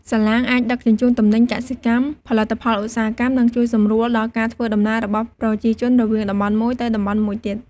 សាឡាងអាចដឹកជញ្ជូនទំនិញកសិកម្ម ផលិតផលឧស្សាហកម្ម និងជួយសម្រួលដល់ការធ្វើដំណើររបស់ប្រជាជនរវាងតំបន់មួយទៅតំបន់មួយទៀត។